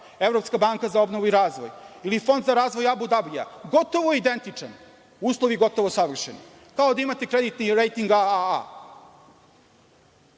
Evropska banka za obnovu i razvoj, ili Fond za razvoj Abu Dabija, gotovo identičan, uslovi gotovo savršeni, kao da imate kreditni rejting A A